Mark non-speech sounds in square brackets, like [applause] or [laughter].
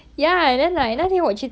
[noise]